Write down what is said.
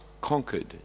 conquered